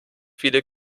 viele